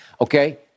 Okay